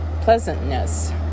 pleasantness